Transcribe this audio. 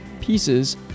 Pieces